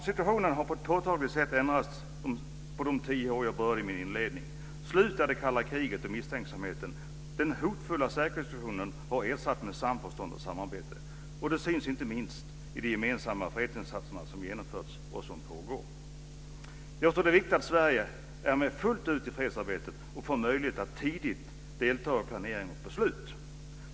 Situationen har på ett påtagligt sätt ändrats på de tio år jag berörde i min inledning. Slut är det kalla kriget och misstänksamheten. Den hotfulla säkerhetssituationen har ersatts med samförstånd och samarbete. Detta syns inte minst i de gemensamma fredsinsatser som genomförts och som pågår. Jag tror att det är viktigt att Sverige är med fullt ut i fredsarbetet och får möjlighet att tidigt delta i planering och beslut.